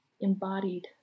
embodied